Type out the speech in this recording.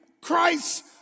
Christ